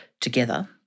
together